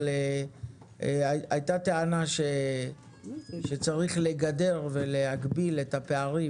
אבל הייתה טענה שצריך לגדר ולהגביל את הפערים